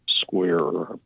square